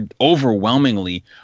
Overwhelmingly